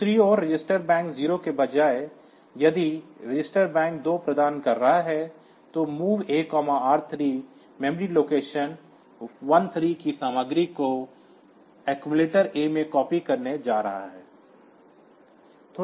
दूसरी ओर register bank 0 के बजाय यदि आप रजिस्टर बैंक 2 प्रदान कर रहे हैं तो MOV A R3 memory location 13 की सामग्री को संचायक ए में कॉपी करने जा रहा है